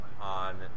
on